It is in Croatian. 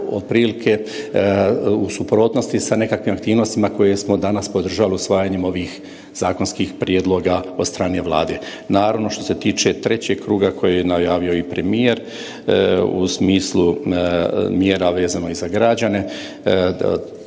u suprotnosti sa nekakvim aktivnostima koje smo danas podržali usvajanjem ovih zakonskih prijedloga od strane Vlade. Naravno što se tiče trećeg kruga koji je najavio i premijer u smislu mjera vezano i za građane,